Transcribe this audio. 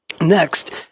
Next